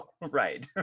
right